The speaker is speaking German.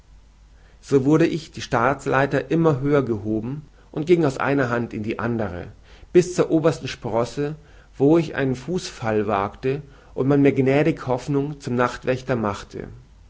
so wurde ich die staatsleiter immer höher gehoben und ging aus einer hand in die andere bis zur obersten sprosse wo ich einen fußfall wagte und man mir gnädig hoffnung zum nachtwächter machte